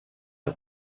der